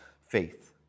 Faith